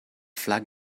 flag